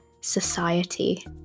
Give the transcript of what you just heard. society